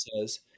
says